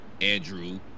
Andrew